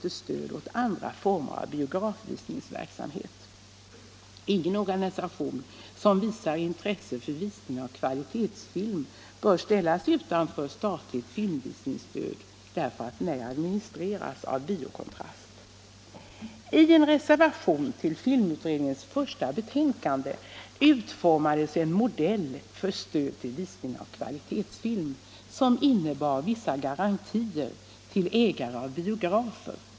till stöd åt andra former av biografvisningsverksamhet. Ingen organisation, som visar intresse för visning av kvalitetsfilm, bör ställas utanför statligt filmvisningsstöd, därför att den ej administreras av Bio Kontrast. I en reservation till filmutredningens första betänkande utformades en modell för stöd till visning av kvalitetsfilm, som innebar vissa garantier till ägare av biografer.